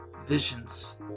Visions